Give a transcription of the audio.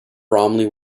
bromley